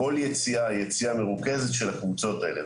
כל יציאה היא יציאה מרוכזת של הקבוצות האלה.